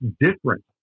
different